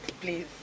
Please